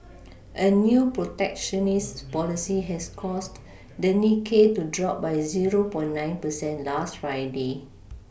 a new protectionist policy has caused the Nikkei to drop by zero per nine percent last Friday